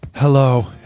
Hello